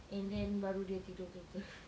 and then baru dia tidur betul-betul